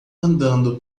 andando